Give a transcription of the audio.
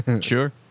Sure